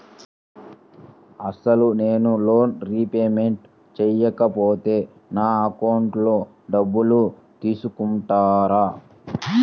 అసలు నేనూ loan repayment చేయకపోతే నా అకౌంట్లో డబ్బులు తీసుకుంటారా?